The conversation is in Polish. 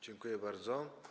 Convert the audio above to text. Dziękuję bardzo.